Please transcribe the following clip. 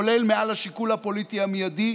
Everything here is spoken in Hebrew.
כולל מעל השיקול הפוליטי המיידי.